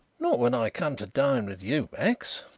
not when i come to dine with you, max,